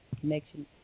connection